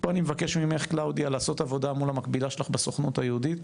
פה אני מבקש ממך קלאודיה לעשות עבודה מול המקבילה שלך בסוכנות היהודית,